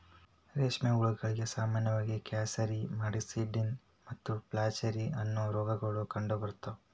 ರೇಷ್ಮೆ ಹುಳಗಳಿಗೆ ಸಾಮಾನ್ಯವಾಗಿ ಗ್ರಾಸ್ಸೆರಿ, ಮಸ್ಕಡಿನ್ ಮತ್ತು ಫ್ಲಾಚೆರಿ, ಅನ್ನೋ ರೋಗಗಳು ಕಂಡುಬರ್ತಾವ